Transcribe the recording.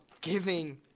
giving